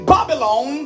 Babylon